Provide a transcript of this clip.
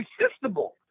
irresistible